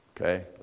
Okay